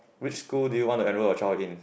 which school do you want enroll your child in